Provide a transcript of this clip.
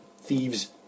thieves